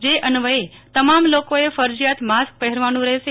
જે અન્વયે તમામ લોકોએ ફરજીયાત માસ્ક પહેરવાનું રહેશે